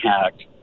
hacked